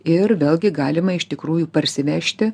ir vėlgi galima iš tikrųjų parsivežti